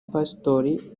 pasitori